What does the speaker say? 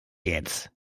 jetzt